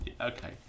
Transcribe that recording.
Okay